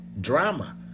drama